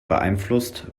beeinflusst